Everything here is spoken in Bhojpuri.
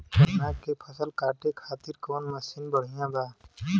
गन्ना के फसल कांटे खाती कवन मसीन बढ़ियां बा?